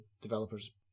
developers